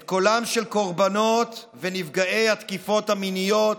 את קולם של קורבנות ונפגעי התקיפות המיניות,